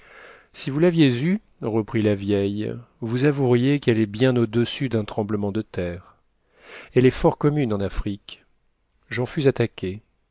si vous l'aviez eue reprit la vieille vous avoueriez qu'elle est bien au-dessus d'un tremblement de terre elle est fort commune en afrique j'en fus attaquée